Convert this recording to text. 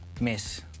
Miss